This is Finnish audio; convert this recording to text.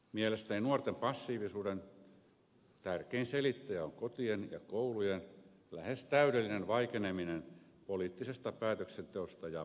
mielestäni nuorten passiivisuuden tärkein selittäjä on kotien ja koulujen lähes täydellinen vaikeneminen poliittisesta päätöksenteosta ja vaikuttamisesta